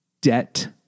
debt